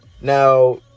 Now